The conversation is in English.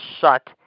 shut